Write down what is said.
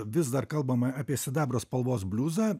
vis dar kalbame apie sidabro spalvos bliuzą